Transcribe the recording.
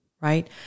right